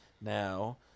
now